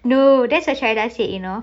no that's a I said you know